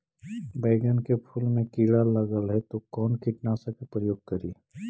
बैगन के फुल मे कीड़ा लगल है तो कौन कीटनाशक के प्रयोग करि?